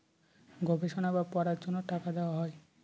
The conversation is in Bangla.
গবেষণা বা পড়ার জন্য টাকা দেওয়া হয়